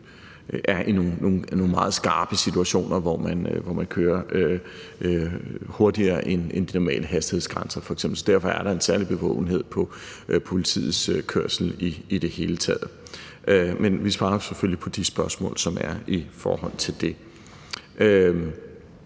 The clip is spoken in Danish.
der foretages udrykningskørsel, hvor man kører hurtigere end den normale hastighedsgrænse, så derfor er der en særlig bevågenhed på politiets kørsel i det hele taget. Men vi svarer selvfølgelig på de spørgsmål, som er i forhold til det.